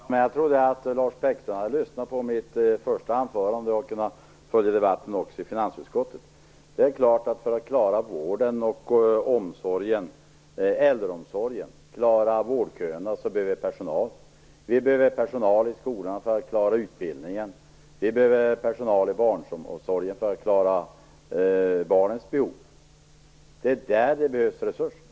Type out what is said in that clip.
Herr talman! Jag trodde att Lars Bäckström hade lyssnat på mitt inledningsanförande och att han också hade följt debatten i finansutskottet. Det är klart att vi behöver personal för att klara vården och äldreomsorgen och för att klara vårdköerna. Vi behöver också personal i skolan för att klara utbildningen, och vi behöver personal i barnomsorgen för att klara barnens behov. Det är där det behövs resurser.